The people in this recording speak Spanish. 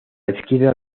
izquierda